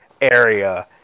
area